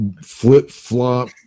flip-flop